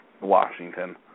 Washington